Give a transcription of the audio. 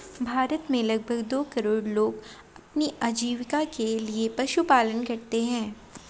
भारत में लगभग दो करोड़ लोग अपनी आजीविका के लिए पशुपालन करते है